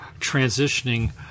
transitioning